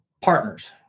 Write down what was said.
partners